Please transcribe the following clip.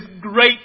great